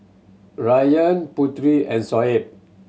Ryan Putri and Shoaib